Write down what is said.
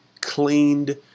cleaned